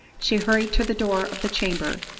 she hurried to the door of the chamber,